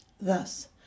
Thus